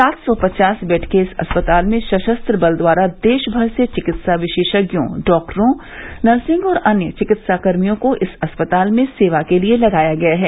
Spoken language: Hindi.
सात सौ पचास बेड के इस अस्पताल में सशस्त्र बल द्वारा देशभर से चिकित्सा विशेषज्ञों डॉक्टरों नर्सिंग और अन्य चिकित्साकर्मियों को इस अस्पताल में सेवा के लिये लगाया गया है